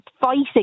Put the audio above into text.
fighting